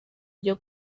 ryo